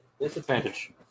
disadvantage